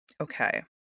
Okay